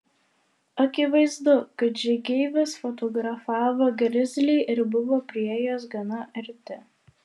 akivaizdu kad žygeivis fotografavo grizlį ir buvo priėjęs gana arti